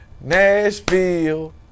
Nashville